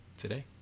today